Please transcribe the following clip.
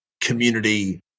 community